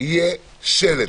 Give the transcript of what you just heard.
יהיה שלט.